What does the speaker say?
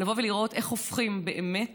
לבוא ולראות איך הופכים באמת